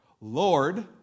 Lord